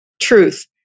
truth